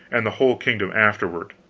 and the whole kingdom afterward.